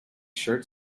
shirt